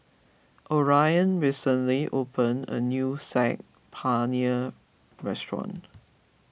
Orion recently opened a new Saag Paneer restaurant